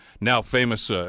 now-famous